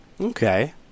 Okay